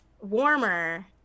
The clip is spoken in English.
warmer